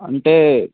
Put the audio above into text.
అంటే